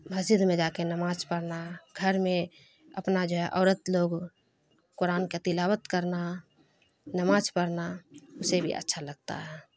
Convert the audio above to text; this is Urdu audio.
مسجد میں جا کے نماز پڑھنا گھر میں اپنا جو ہے عورت لوگ قرآن کا تلاوت کرنا نماز پڑھنا اسے بھی اچھا لگتا ہے